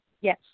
Yes